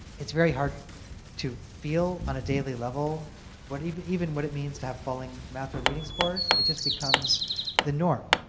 it's very hard to feel on a daily level even even what it means to have falling math or reading scores. it just becomes the norm.